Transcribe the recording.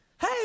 Hey